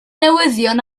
newyddion